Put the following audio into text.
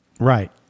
Right